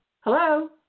Hello